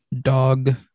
dog